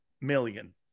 million